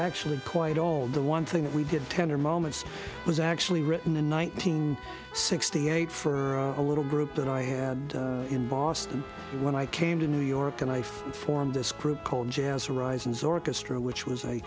actually quite old the one thing that we did tender moments was actually written in one thousand and sixty eight for a little group that i had in boston when i came to new york and i formed this group called jazz horizons orchestra which was a